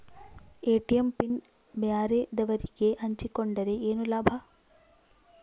ATM PIN ಬ್ಯಾರೆದವರಗೆ ಹಂಚಿಕೊಂಡರೆ ಏನು ಲಾಭ?